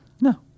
No